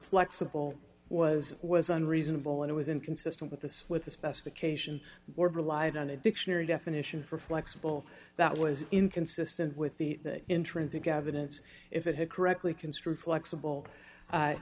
all was was an reasonable one it was inconsistent with this with the specification or relied on a dictionary definition for flexible that was inconsistent with the intrinsic evidence if it had correctly construed flexible i